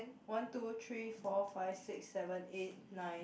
one two three four five six seven eight nine